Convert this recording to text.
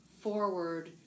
forward